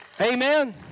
Amen